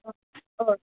okay okay